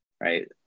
Right